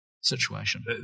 situation